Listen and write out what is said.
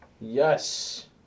Yes